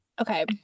okay